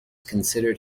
considered